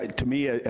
ah to me, ah